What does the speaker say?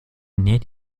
näht